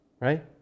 Right